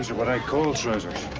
what i call trousers.